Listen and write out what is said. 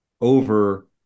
over